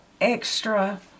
extra